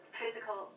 physical